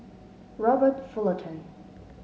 Robert Fullerton